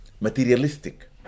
materialistic